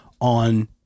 on